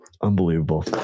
Unbelievable